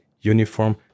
uniform